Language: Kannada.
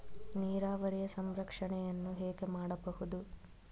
ನೀರಾವರಿಯ ಸಂರಕ್ಷಣೆಯನ್ನು ಹೇಗೆ ಮಾಡಬಹುದು?